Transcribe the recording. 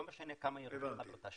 לא משנה כמה היא הרוויחה באותה שנה.